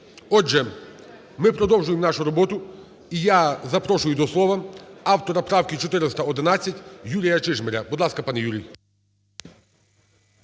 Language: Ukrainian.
Отже, ми продовжуємо нашу роботу. І я запрошую до слова автора правки 411 Юрія Чижмаря. Будь ласка, пане Юрій.